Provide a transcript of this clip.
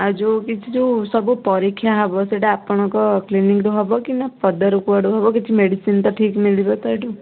ଆଉ ଯୋଉ କିଛି ଯୋଉ ସବୁ ପରୀକ୍ଷା ହେବ ସେଟା ଆପଣଙ୍କ କ୍ଲିନିକ୍ରେ ହେବକି ନା ପଦାରୁ କୁଆଡ଼ୁ ହେବ କିଛି ମେଡ଼ିସିନ୍ ତ ଠିକ୍ ମିଳିବ ତ ଏଠୁୁ